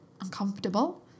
uncomfortable